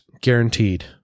guaranteed